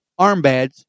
armbands